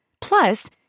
Plus